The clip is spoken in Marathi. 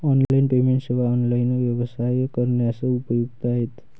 ऑनलाइन पेमेंट सेवा ऑनलाइन व्यवसाय करण्यास उपयुक्त आहेत